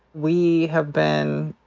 we have been